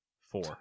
Four